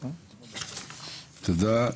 תודה.